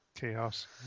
Chaos